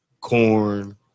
corn